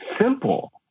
simple